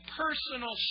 personal